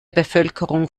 bevölkerung